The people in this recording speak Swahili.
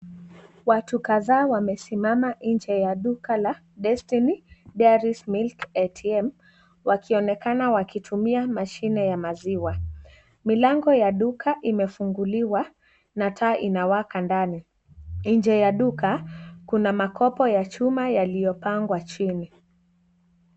Watu kadhaa wamesimama nje ya duka la Destiny Dairies Milk ATM wakionekana wakitumia mashine ya maziwa. Milango ya duka imefunguliwa na taa inawaka ndani. Nje ya duka kuna makopo ya chuma yaliyopangwa chini.